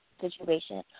situation